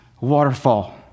waterfall